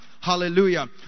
hallelujah